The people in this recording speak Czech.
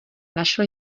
našel